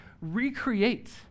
recreate